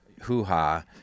hoo-ha